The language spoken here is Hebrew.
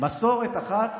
מסורת אחת